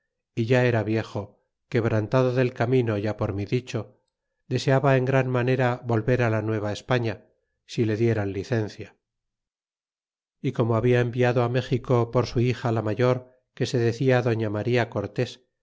é ya era vituj jo quebrantado del camino ya por mi dieho deseaba en gran manera volver la nteva gspatín si le dieran licencia y como habla envia dtt méxico por su mi la mayor que se decía doña maría cortés